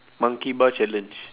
monkey bar challenge